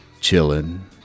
chilling